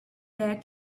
there